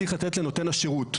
צריך לתת אותה למקבל השירות.